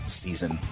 season